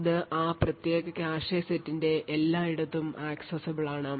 അത് ആ പ്രത്യേക കാഷെ സെറ്റിന്റെ എല്ലായിടത്തും accessible ആണ്